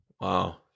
Wow